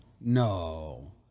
no